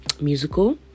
musical